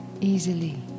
easily